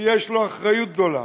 ויש לו אחריות גדולה